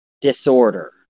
disorder